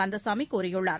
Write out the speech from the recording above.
கந்தசாமி கூறியுள்ளார்